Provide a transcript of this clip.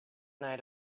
night